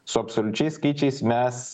su absoliučiais skaičiais mes